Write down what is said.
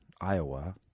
Iowa